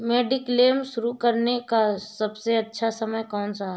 Mediclaim शुरू करने का सबसे अच्छा समय कौनसा है?